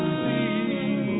see